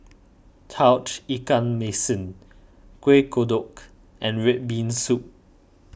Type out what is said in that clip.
Tauge Ikan Masin Kueh Kodok and Red Bean Soup